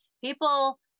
People